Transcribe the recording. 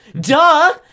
duh